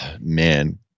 man